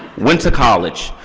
went to college,